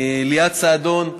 ליאת סעדון,